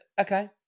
Okay